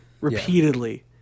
repeatedly